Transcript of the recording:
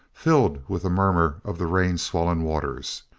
filled with the murmur of the rain-swollen waters.